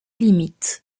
limites